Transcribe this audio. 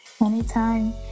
anytime